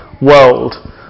world